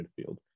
midfield